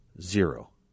Zero